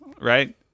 right